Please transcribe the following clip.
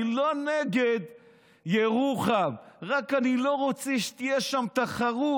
אני לא נגד ירוחם, רק אני לא רוצה שתהיה שם תחרות.